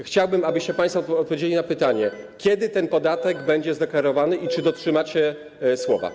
Chciałbym, abyście państwo odpowiedzieli na pytanie, kiedy ten podatek będzie zlikwidowany i czy dotrzymacie słowa?